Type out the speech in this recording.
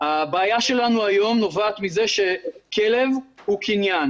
הבעיה שלנו היום נובעת מזה שכלב הוא קניין